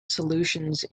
solutions